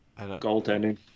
goaltending